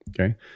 okay